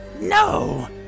No